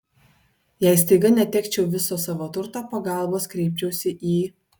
jei staiga netekčiau viso savo turto pagalbos kreipčiausi į